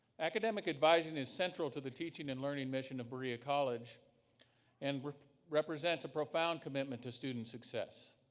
academic advising is central to the teaching and learning mission of berea college and represents a profound commitment to student success.